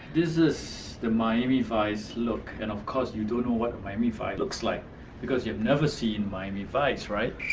this is the miami vice look and of course you don't know what miami vice looks like because you've never seen miami vice right?